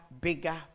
bigger